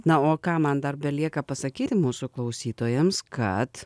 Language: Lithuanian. na o ką man dar belieka pasakyti mūsų klausytojams kad